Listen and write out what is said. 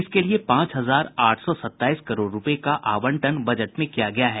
इसके लिए पांच हजार आठ सौ सताईस करोड़ रुपये का आवंटन बजट में किया गया है